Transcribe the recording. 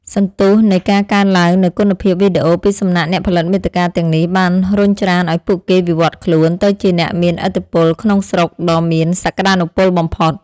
សន្ទុះនៃការកើនឡើងនូវគុណភាពវីដេអូពីសំណាក់អ្នកផលិតមាតិកាទាំងនេះ បានរុញច្រានឱ្យពួកគេវិវឌ្ឍខ្លួនទៅជាអ្នកមានឥទ្ធិពលក្នុងស្រុកដ៏មានសក្តានុពលបំផុត។